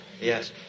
Yes